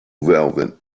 velvet